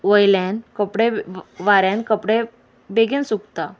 वयल्यान कपडे वाऱ्यान कपडे बेगीन सुकता